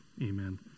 amen